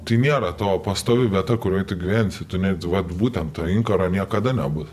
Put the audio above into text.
tai nėra tavo pastovi vieta kurioj tu gyvensi tu net vat būtent to inkaro niekada nebus